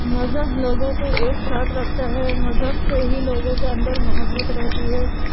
مذہب لوگوں کو ایک ساتھ رکھتا ہے مذہب سے ہی لوگوں کے اندر محبت رہتی ہے